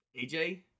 AJ